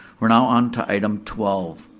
we're now onto item twelve.